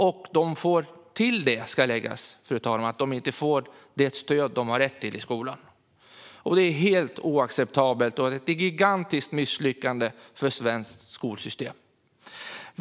Till detta, fru talman, ska läggas att de inte får det stöd som de har rätt till i skolan. Det är helt oacceptabelt, och det är ett gigantiskt misslyckande för svenskt skolsystem.